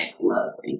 loves